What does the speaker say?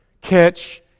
catch